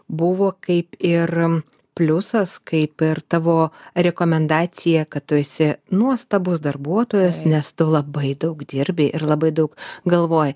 buvo kaip ir pliusas kaip ir tavo rekomendacija kad tu esi nuostabus darbuotojas nes tu labai daug dirbi ir labai daug galvoji